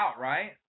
right